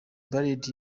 buried